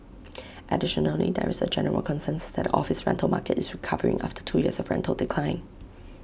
additionally there is A general consensus that the office rental market is recovering after two years of rental decline